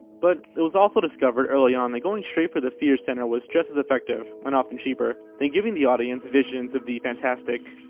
but it was also discovered early on that going straight for the fear center was just as effective, and often cheaper, than giving the audience visions of the fantastic.